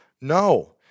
No